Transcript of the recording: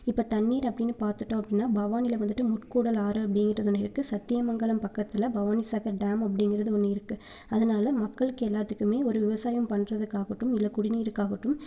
இப்போ தண்ணீர் அப்படின்னு பார்த்துட்டோம் அப்படின்னா பவானியில வந்துட்டு முக்கூடல் ஆறு அப்படிங்கிறது ஒன்று இருக்குது சத்தியமங்கலம் பக்கத்தில் பவானிசாகர் டேம் அப்படிங்கிறது ஒன்று இருக்குது அதனால மக்களுக்கு எல்லாத்துக்குமே ஒரு விவசாயம் பண்ணுறதுக்காகட்டும் இல்லை குடிநீருக்காகட்டும்